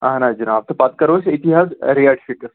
اہَن حظ جِناب تہٕ پَتہٕ کَرو أسۍ أتی حظ ریٹ فِکٕس